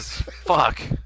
Fuck